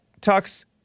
talks